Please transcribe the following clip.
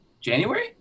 January